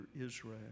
Israel